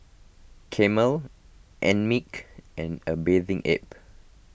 Camel Einmilk and a Bathing Ape